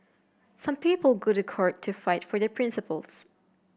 some people go to court to fight for their principles